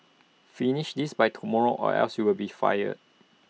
finish this by tomorrow or else you'll be fired